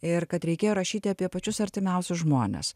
ir kad reikėjo rašyti apie pačius artimiausius žmones